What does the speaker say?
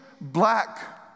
black